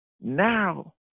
now